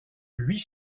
huit